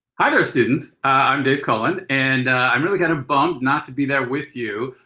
hi there students. i'm dave cullen. and i'm really kind of bummed not to be there with you,